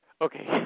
okay